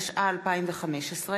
התשע"ה 2015,